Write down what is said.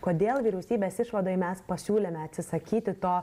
kodėl vyriausybės išvadoj mes pasiūlėme atsisakyti to